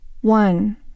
One